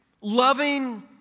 loving